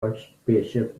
archbishop